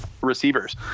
receivers